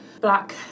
black